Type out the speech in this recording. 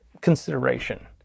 consideration